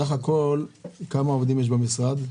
כמה עובדים סך הכל יש במשרד?